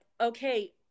okay